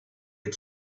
had